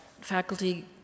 faculty